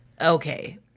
Okay